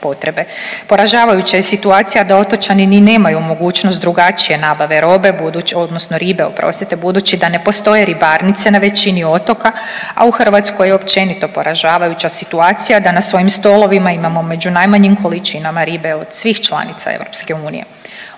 Poražavajuća je situacija da otočani ni nemaju mogućnost drugačije nabave robe budući odnosno ribe, oprostite, budući da ne postoje ribarnice na većini otoka, a u Hrvatskoj je općenito poražavajuća situacija da na svojim stolovima imamo među najmanjim količinama ribe od svih članica EU.